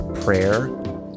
prayer